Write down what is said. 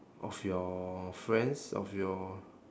of your friends of your